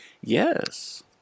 Yes